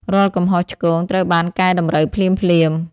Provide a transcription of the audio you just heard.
រាល់កំហុសឆ្គងត្រូវបានកែតម្រូវភ្លាមៗ។